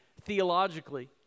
theologically